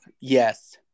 Yes